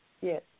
yes